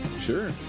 Sure